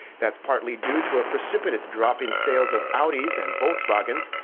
that's partly due to a precipitous drop in sales of audis and volkswagens.